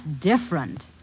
different